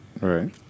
right